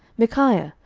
micaiah,